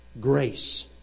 grace